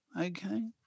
okay